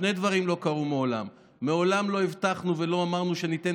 שני דברים לא קרו מעולם: מעולם לא הבטחנו ולא אמרנו שניתן